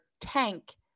tank